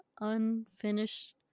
unfinished